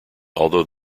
although